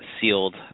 sealed